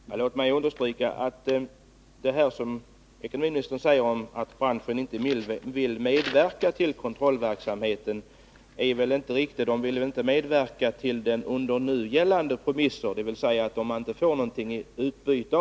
Herr talman! Låt mig understryka att det som ekonomiministern säger om att branschen inte vill medverka till kontrollverksamheten inte är helt riktigt. Branschen vill inte medverka på nu gällande premisser, dvs. man vill inte medverka till kontrollen om man inte får någonting i utbyte.